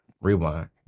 Rewind